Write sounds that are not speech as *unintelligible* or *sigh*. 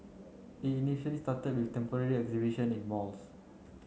it initially *unintelligible* with temporary exhibitions in malls